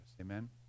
Amen